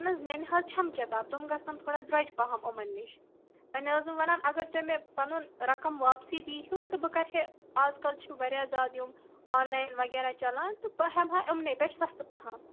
اہن حظ مےٚ نہٕ حظ چھَم کِتابہٕ تِم گَژھٕ نَم تھوڑا درۄجہِ پہم یِمن نِش وۅنۍ ٲسٕس بہٕ ونان اگر تُہۍ مےٚ پَنُن رقم واپسٕے دِیٖہِو تہٕ بہٕ کَرِہے اَزکَل چھِ واریاہ زیادٕ یِم آنلایِن وغٲرٕ چلان تہٕ بہٕ ہیٚمہٕ ہا یِمنٕے پیٚٹھ بیٚیہِ سَستہٕ پَہم